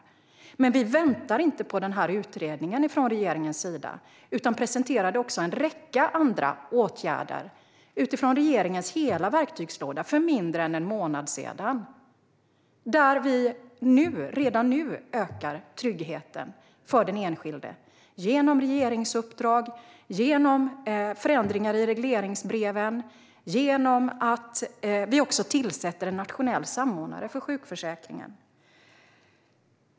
Men från regeringens sida väntar vi inte på den utredningen, utan vi presenterade för mindre än en månad sedan en räcka andra åtgärder från hela regeringens verktygslåda. Redan nu ökar vi tryggheten för den enskilde genom regeringsuppdrag, genom förändringar i regleringsbreven och genom att vi tillsätter en nationell samordnare för sjukförsäkringen.